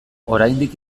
oraindik